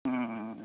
ହୁଁ ହୁଁ ହୁଁ